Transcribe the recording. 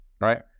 right